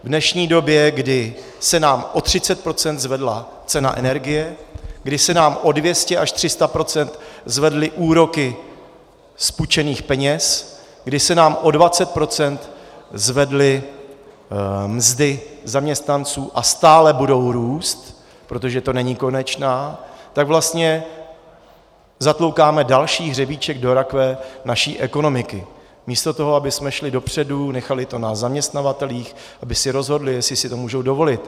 V dnešní době, kdy se nám o 30 % zvedla cena energie, kdy se nám o 200 až 300 % zvedly úroky z půjčených peněz, kdy se nám o 20 % zvedly mzdy zaměstnanců, a stále budou růst, protože to není konečná, tak vlastně zatloukáme další hřebíček do rakve naší ekonomiky místo toho, abychom šli dopředu, nechali to na zaměstnavatelích, aby si rozhodli, jestli si to můžou dovolit.